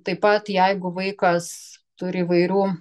taip pat jeigu vaikas turi įvairių